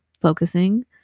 focusing